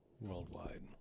worldwide